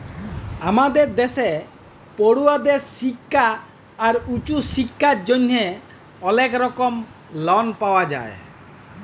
আমাদের দ্যাশে পড়ুয়াদের শিক্খা আর উঁচু শিক্খার জ্যনহে অলেক রকম লন পাওয়া যায়